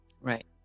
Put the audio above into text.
Right